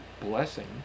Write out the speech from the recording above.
blessing